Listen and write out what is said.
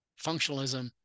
functionalism